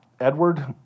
Edward